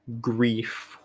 grief